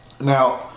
Now